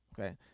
okay